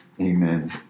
Amen